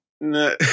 No